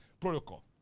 protocol